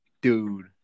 Dude